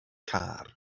car